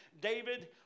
David